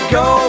go